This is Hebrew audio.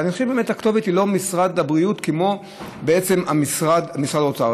ואני חושב שהכתובת היא לא משרד הבריאות כמו בעצם משרד האוצר.